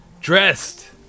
dressed